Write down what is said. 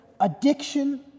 addiction